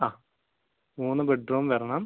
ആ മൂന്ന് ബെഡ്റൂം വരണം